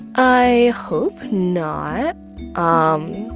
i hope not um